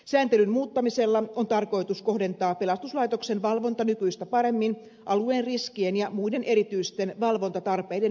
sääntelyn muuttamisella on tarkoitus kohdentaa pelastuslaitoksen valvonta nykyistä paremmin alueen riskien ja muiden erityisten valvontatarpeiden mukaisesti